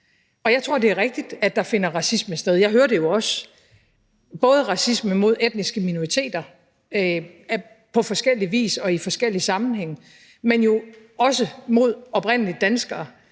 Jeg tror, det er rigtigt, at der finder racisme sted, og jeg hører det jo også – både racisme mod etniske minoriteter på forskellig vis og i forskellig sammenhæng, men jo også mod oprindelige danskere